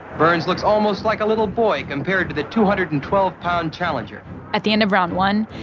burns looks almost like a little boy compared to the two hundred and twelve pound challenger at the end of round one,